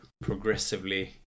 progressively